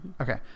Okay